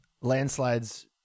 landslides